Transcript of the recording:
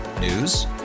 News